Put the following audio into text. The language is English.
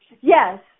Yes